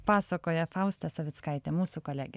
pasakoja fausta savickaitė mūsų kolegė